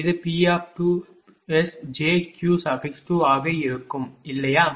இது P2jQ2 ஆக இருக்கும் இல்லையா